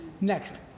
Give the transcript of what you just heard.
Next